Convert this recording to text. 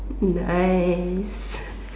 nice